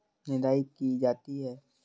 निदाई की जाती है?